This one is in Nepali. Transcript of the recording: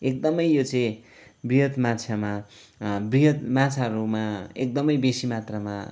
एकदमै यो चाहिँ बृहत् माछामा बृहत् माछाहरूमा एकदमै बेसी मात्रामा